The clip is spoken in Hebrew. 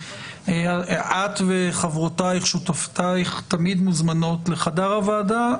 את ושותפותיך תמיד מוזמנות לחדר הוועדה,